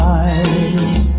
eyes